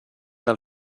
del